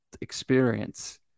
experience